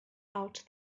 out